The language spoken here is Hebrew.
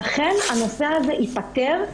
אכן הנושא הזה ייפתר,